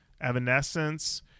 Evanescence